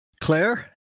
claire